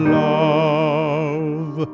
love